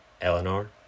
Eleanor